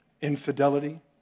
infidelity